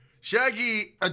Shaggy